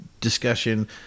discussion